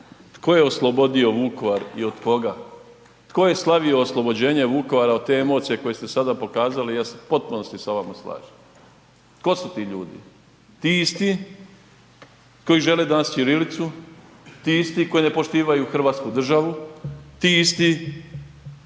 tko je oslobodio Vukovar i od koga? Tko je slavio oslobođenje Vukovara od te emocije koje ste sada pokazali i ja se u potpunosti sa vama slažem. Tko su ti ljudi? Ti isti koji žele danas ćirilicu, ti isti koji ne poštivaju hrvatsku državu, ti isti